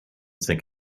sink